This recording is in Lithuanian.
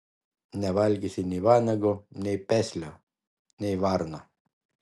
nevalgysi nei vanago nei peslio nei varno